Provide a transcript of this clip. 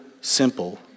simple